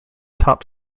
top